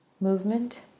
movement